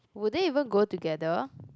would they even go together